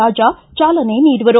ರಾಜಾ ಚಾಲನೆ ನೀಡುವರು